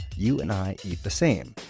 you and i eat the same.